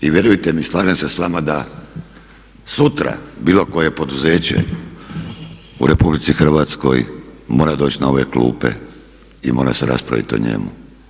I vjerujte mi, slažem se s vama da sutra bilo koje poduzeće u RH mora doći na ove klupe i mora se raspravit o njemu.